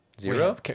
zero